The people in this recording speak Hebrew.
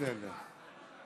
בסדר.